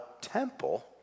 temple